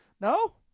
No